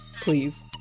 please